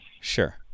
sure